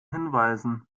hinweisen